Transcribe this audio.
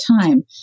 time